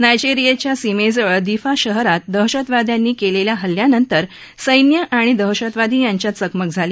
ना जैरियाच्या सीमेजवळ दिफा शहरात दहशतवाद्यांनी केलेल्या हल्ल्यानंतर सैन्य आणि दहशतवादी यांच्यात चकमक झाली